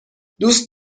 دوست